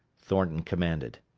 thornton commanded.